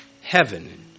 heaven